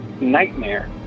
nightmare